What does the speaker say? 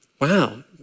Wow